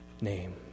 name